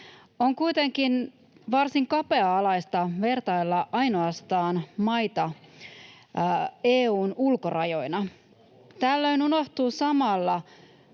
On kuitenkin varsin kapea-alaista vertailla maita ainoastaan EU:n ulkorajoina. Tällöin unohtuu samalla